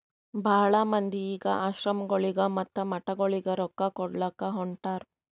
ಭಾಳ ಮಂದಿ ಈಗ್ ಆಶ್ರಮಗೊಳಿಗ ಮತ್ತ ಮಠಗೊಳಿಗ ರೊಕ್ಕಾ ಕೊಡ್ಲಾಕ್ ಹೊಂಟಾರ್